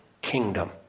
kingdom